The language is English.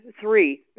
three